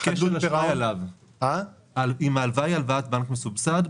ההלוואה היא הלוואת בנק מסובסד.